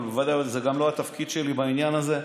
אבל בוודאי זה גם לא התפקיד שלי בעניין הזה.